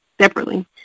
separately